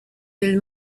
del